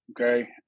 Okay